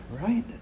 right